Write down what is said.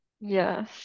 Yes